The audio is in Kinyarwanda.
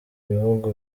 bihugu